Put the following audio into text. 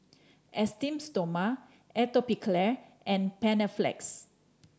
Esteem Stoma Atopiclair and Panaflex